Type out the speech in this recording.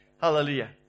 Hallelujah